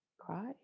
Cry